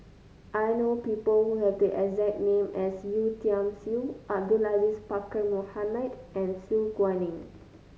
I know people who have the exact name as Yeo Tiam Siew Abdul Aziz Pakkeer Mohamed and Su Guaning